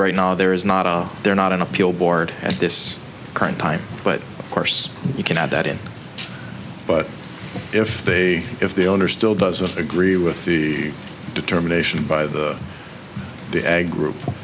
right now there is not there not an appeal board at this current time but of course you can add that in but if they if the owner still doesn't agree with the determination by the the ag group